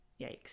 Yikes